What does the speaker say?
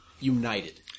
united